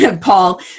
Paul